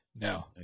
No